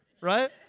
right